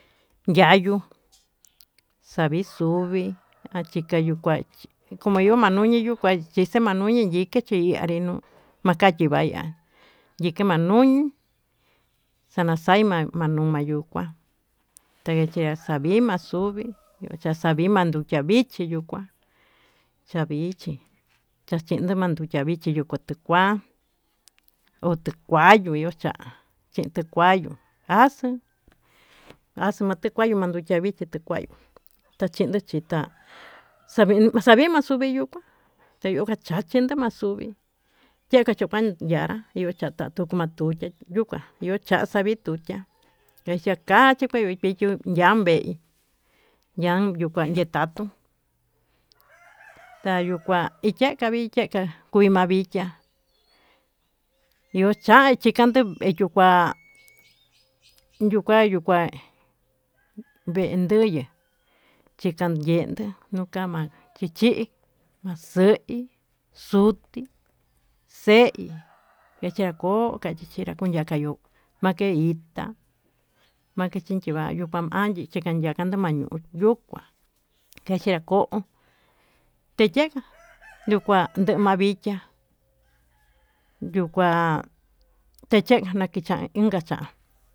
Yayuu xavii xuví nachika yuu kuachí, komo yo'o mañuni yuu kuá xhixe mañuni yike'e hi he manreno kuakachi yuu kuá yike mañuñi, xanaxai mayuna yuu kuá techia xami maxumi nocha xavii manduchia vichí yuu kuá chavichí chachienda vichí chavichí yuu kuá tikua ho tekua yuyu cha'a chiti kuayuu, axuu matekuayu manduchi avichí tikuayuu tachindo ticha'a xandi xandi maxuvii yuu kuá, teyuu kandechu kachende maxuu vii yaklan chopa'a yanrá chata tuu matuchiá yuu kua yuu kua xavituchiá vichi kachi tayeyiyu ya'a veí ya'a yuka metatu tayuu kua iya'a kavii yuu kuá kuii mavichi'á yuu cha'a chikanduvi chayuu kuá yuu kua yuu kua venduyu chikandenye yukama chí maxuí xuti xeí echa'a ko'o kayechenra chiyakan yuu makeita maye chinchi vayuu yuka'a ma'a, manyi chika'a maya chikanyuu yuu kua kechenra ko'o teyenga yuu kua teman vichiá yuu kua techenga machikua kacha'á.